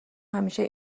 همیشه